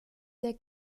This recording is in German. der